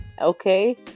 okay